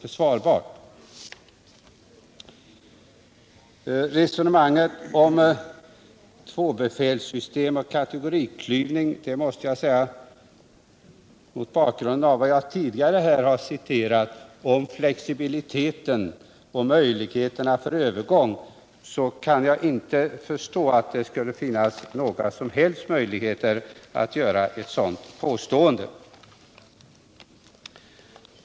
Påståendet om tvåbefälssystem och kategoriklyvning är obegripligt mot bakgrund av vad jag tidigare har citerat om flexibiliteten och möjligheterna för övergång från specialistkursen till den allmänna kursen.